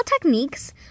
techniques